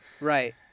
Right